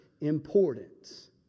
importance